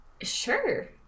Sure